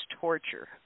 torture